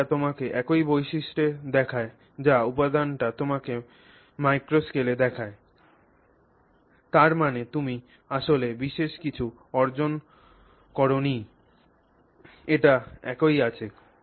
এবং এটি তোমাকে একই বৈশিষ্ট্য দেখায় যা উপাদানটি তোমাকে ম্যাক্রোস্কেলে দেখায় তার মানে তুমি আসলে বিশেষ কিছু অর্জন কর নি এটা একই আছে